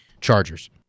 Chargers